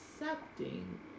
accepting